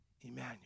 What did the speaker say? Emmanuel